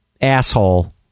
asshole